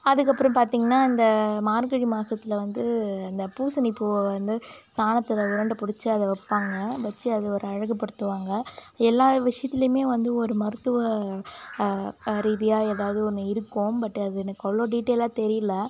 அதுக்கப்புறம் பார்த்தீங்கனா இந்த மார்கழி மாதத்துல வந்து இந்த பூசணிப்பூவை வந்து சாணத்தில் உருண்டை பிடிச்சு அதை வைப்பாங்க வைச்சு அதை ஒரு அழகுப்படுத்துவாங்க எல்லா விஷயத்துலையுமே வந்து ஒரு மருத்துவ ரீதியாக ஏதாவது ஒன்று இருக்கும் பட் அது எனக்கு அவ்வளோ டீட்டைலாக தெரியல